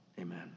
Amen